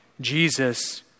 Jesus